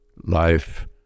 life